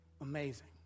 amazing